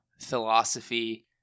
Philosophy